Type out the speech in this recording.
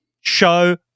show